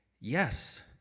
yes